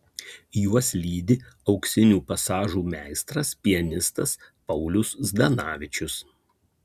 juos lydi auksinių pasažų meistras pianistas paulius zdanavičius